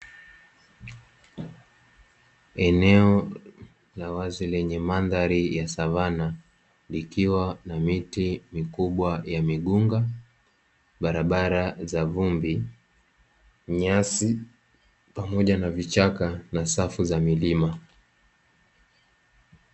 Eneo la wazi lenye mandhari ya savana likiwa na miti mikubwa ya migunga, barabara za vumbi, nyasi pamoja na vichaka na safu za milima.